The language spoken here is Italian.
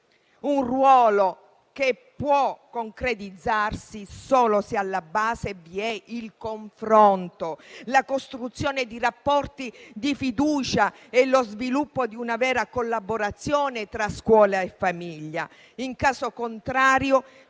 un ruolo che può concretizzarsi solo se alla base vi sono il confronto, la costruzione di rapporti di fiducia e lo sviluppo di una vera collaborazione tra scuola e famiglia. In caso contrario,